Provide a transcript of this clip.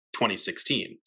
2016